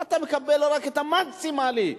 ואתה מקבל את הסכום המקסימלי,